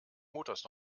motors